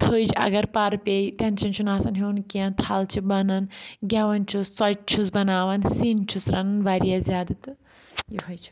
تٔھج اگر پَرٕ پیٚیہِ ٹؠنشَن چھُنہٕ آسان ہیٚون کینہہ تھل چھِ بَنان گؠوان چھُس ژۄچہِ چھُس بَناوان سِنۍ چھُس رَنان واریاہ زیادٕ تہٕ یہوہے چھُ